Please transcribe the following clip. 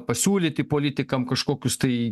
pasiūlyti politikam kažkokius tai